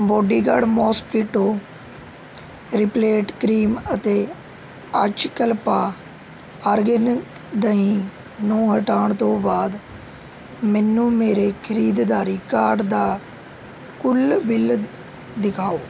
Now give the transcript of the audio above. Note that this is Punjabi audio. ਬੋਡੀਗਾਰਡ ਮੌਸਕੀਟੋ ਰਿਪਲੇਂਟ ਕ੍ਰੀਮ ਅਤੇ ਅੱਜਕਲਪਾ ਆਰਗੇਨ ਦਹੀਂ ਨੂੰ ਹਟਾਉਣ ਤੋਂ ਬਾਅਦ ਮੈਨੂੰ ਮੇਰੇ ਖਰੀਦਦਾਰੀ ਕਾਰਡ ਦਾ ਕੁੱਲ ਬਿੱਲ ਦਿਖਾਓ